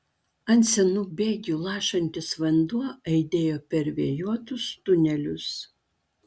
ant senų bėgių lašantis vanduo aidėjo per vėjuotus tunelius